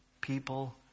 people